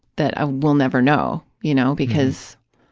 that ah we'll never know, you know, because,